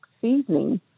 seasoning